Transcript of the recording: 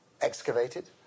excavated